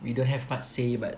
we don't have much say but